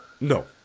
no